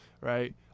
right